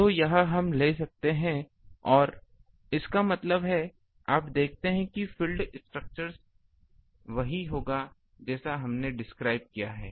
तो यह हम ले सकते हैं और इसका मतलब है आप देखते हैं कि फील्ड रस्ट्रक्चर वही होगा जैसा हमने डिस्क्राइब किया है